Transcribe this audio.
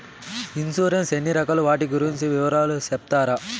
Insurance ఎన్ని రకాలు వాటి గురించి వివరాలు సెప్తారా?